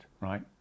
right